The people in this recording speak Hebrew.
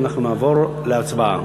אנחנו נעבור להצבעה.